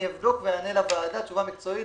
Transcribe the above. אני אבדוק ואתן לוועדה תשובה מקצועית